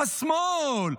השמאל,